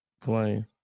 Playing